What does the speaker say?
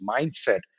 mindset